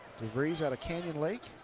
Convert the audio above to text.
devries out of canyon like.